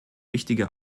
wichtige